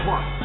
One